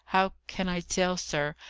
how can i tell, sir,